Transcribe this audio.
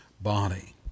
body